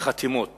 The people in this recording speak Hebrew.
חתימות